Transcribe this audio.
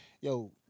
yo